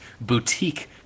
boutique